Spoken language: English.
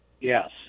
Yes